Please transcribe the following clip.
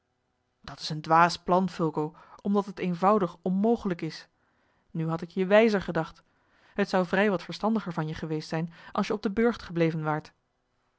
dat is een dwaas plan fulco omdat het eenvoudig onmogelijk is nu had ik je wijzer gedacht het zou vrij wat verstandiger van je geweest zijn als je op den burcht gebleven waart